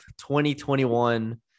2021